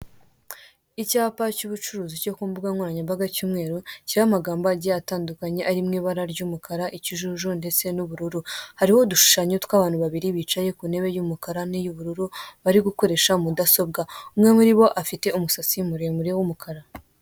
Icyampa cy'ubucuruzi cyo ku mbugankoranyambaga cy'umweru kiriho amagambo agiye atandukanye ari mu ibara ry'umukara, ikijuju ndetse n'ubururu. Hariho udushushanyo tw'abantu babiri bicaye ku ntebe y'umukara n'iy'ubururu bari gukoresha mudasobwa, umwe muri bo afite umusatsi muremure w'umukara.